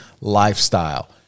lifestyle